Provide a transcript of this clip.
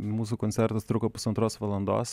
mūsų koncertas truko pusantros valandos